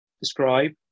Describe